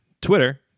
Twitter